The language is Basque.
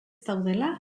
daudela